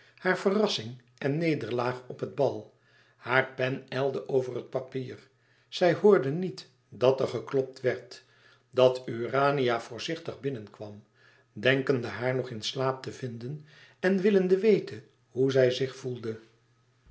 hare verrassing en nederlaag op het bal hare pen ijlde over het papier zij hoorde niet dat er geklopt werd dat urania voorzichtig binnenkwam denkende haar nog in slaap te vinden en willende weten hoe zij zich voelde